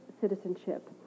citizenship